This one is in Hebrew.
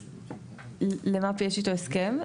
למפ"י יש איתו הסכם.